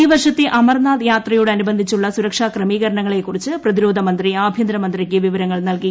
ഈ വർഷത്തെ അമർനാഥ് യാത്രയോടനുബന്ധിച്ചുള്ള സുരക്ഷാ ക്രമീകരണങ്ങളെക്കുറിച്ച് പ്രതിരോധമന്ത്രി ആഭ്യന്തരമന്ത്രിക്ക് വിവരങ്ങൾ നൽകി